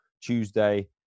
Tuesday